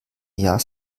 jahr